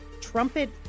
trumpet